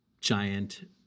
giant